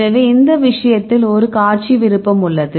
எனவே இந்த விஷயத்தில் ஒரு காட்சி விருப்பம் உள்ளது